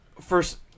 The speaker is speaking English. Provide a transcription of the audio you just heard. first